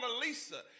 Lisa